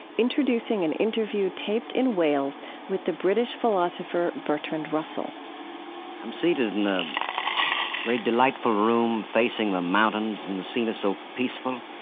introducing an interview taped in wales with the british philosopher bertrand russell i'm seated in a very delightful room facing the mountains and the scene is so peaceful.